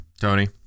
Tony